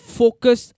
focus